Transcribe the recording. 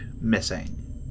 missing